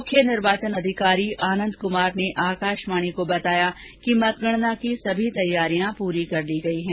मुख्य निर्वाचन अधिकारी श्री आनंद कुमार ने आकाषवाणी को बताया कि मतगणना की सभी तैयारियां पूरी कर ली गई हैं